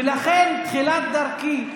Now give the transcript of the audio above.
ולכן בתחילת דרכי,